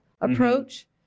approach